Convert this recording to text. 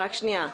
רק רגע.